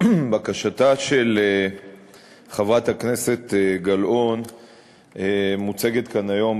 בקשתה של חברת הכנסת גלאון מוצגת כאן היום,